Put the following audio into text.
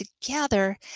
together